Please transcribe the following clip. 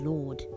Lord